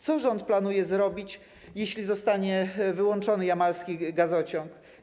Co rząd planuje zrobić, jeśli zostanie wyłączony jamalski gazociąg?